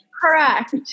Correct